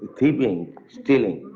thiefing, stealing.